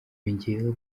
yongeyeho